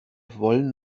wollen